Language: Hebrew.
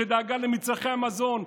שדאגה לנצרכי המזון,